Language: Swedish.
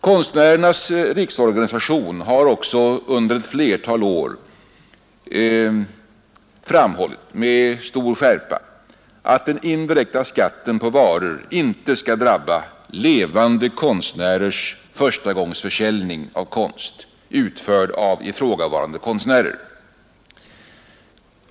Konstnärernas riksorganisation har också under flera år med stor skärpa framhållit att den indirekta skatten på varor inte skall drabba levande konstnärers förstagångsförsäljning av konst, utförd av ifrågavarande konstnärer.